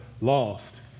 lost